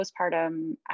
postpartum